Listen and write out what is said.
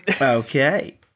Okay